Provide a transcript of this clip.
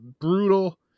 brutal